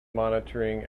monitoring